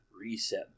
reset